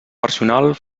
personal